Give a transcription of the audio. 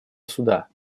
суда